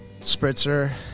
spritzer